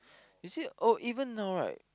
you see or even now right